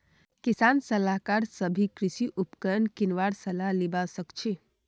किसान सलाहकार स भी कृषि उपकरण किनवार सलाह लिबा सखछी